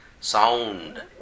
sound